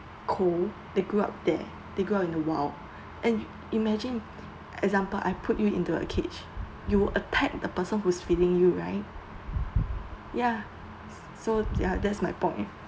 cool they grew up there they grew up in the wild and imagine example I put you into a cage you attack the person who's feeding you right ya so ya that's my point